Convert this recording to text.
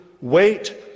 wait